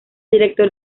director